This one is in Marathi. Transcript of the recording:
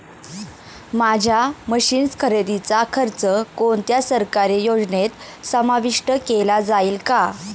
माझ्या मशीन्स खरेदीचा खर्च कोणत्या सरकारी योजनेत समाविष्ट केला जाईल का?